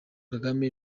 kagame